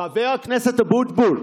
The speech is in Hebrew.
חבר הכנסת אבוטבול,